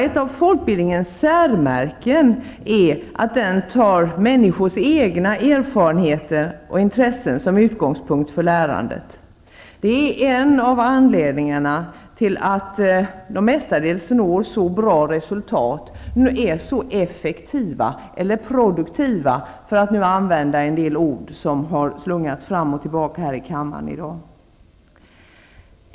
Ett av folkbildningens särmärken är att den tar människors egna erfarenheter och intressen som utgångspunkt för lärandet. Det är en av anledningarna till att den mestadels når så bra resultat, är så effektiv eller produktiv, för att nu använda ord som har slungats fram och tillbaka här i kammaren i dag.